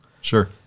Sure